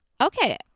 Okay